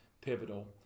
pivotal